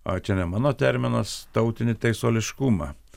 aa čia ne mano terminas tautinį teisuoliškumą